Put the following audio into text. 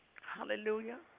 hallelujah